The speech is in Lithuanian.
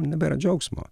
nebėra džiaugsmo